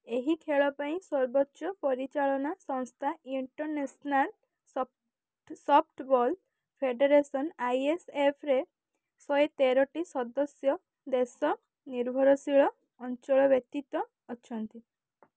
ଏହି ଖେଳ ପାଇଁ ସର୍ବୋଚ୍ଚ ପରିଚାଳନା ସଂସ୍ଥା international softball federation I S F ରେ ଶହେ ତେରଟି ସଦସ୍ୟ ଦେଶ ନିର୍ଭରଶୀଳ ଅଞ୍ଚଳବ୍ୟତୀତ ଅଛନ୍ତି